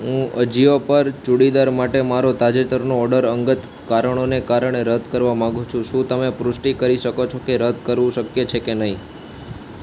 હું અજિયો પર ચૂડીદાર માટે મારો તાજેતરનો ઓર્ડર અંગત કારણોને કારણે રદ કરવા માંગુ છું શું તમે પુષ્ટી કરી શકો છો કે રદ કરવું શક્ય છે કે નહીં